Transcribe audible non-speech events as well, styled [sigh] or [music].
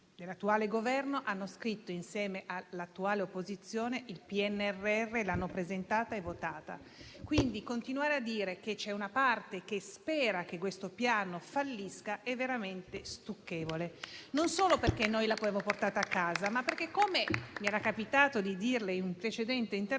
dell'attuale Governo hanno scritto insieme all'attuale opposizione il PNRR, l'hanno presentato e votato. Quindi, continuare a dire che c'è una parte che spera che questo Piano fallisca è veramente stucchevole. [applause] E lo è non solo perché noi l'abbiamo portato a casa, ma perché - come mi era capitato di dirle in un precedente intervento